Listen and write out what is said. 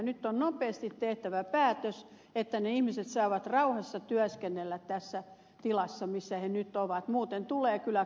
nyt on nopeasti tehtävä päätös että ne ihmiset saavat rauhassa työskennellä tässä tilassa missä he nyt ovat muuten tulee kyllä katastrofi eteen